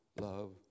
love